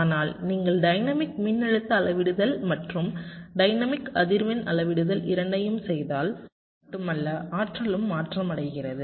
ஆனால் நீங்கள் டைனமிக் மின்னழுத்த அளவிடுதல் மற்றும் டைனமிக் அதிர்வெண் அளவிடுதல் இரண்டையும் செய்தால் சக்தி மட்டுமல்ல ஆற்றலும் மாற்றமடைகிறது